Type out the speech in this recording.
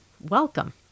Welcome